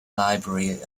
library